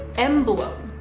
emblem.